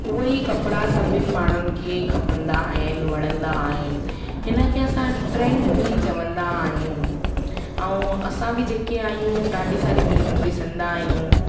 उहेई कपिड़ा सभिनि माण्हूनि खे खपंदा आहिनि वणदा आहिनि हिनखे असां ट्रेंड बि चवंदा आहियूं ऐं असां बि जेके आहियूं ॾाढी सारी फ़िल्मूं ॾिसंदा आहियूं